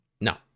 no